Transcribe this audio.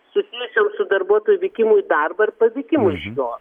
susijusiom su darbuotojų vykimu į darbą ir parvykimu iš jo